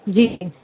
جی